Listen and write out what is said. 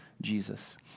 Jesus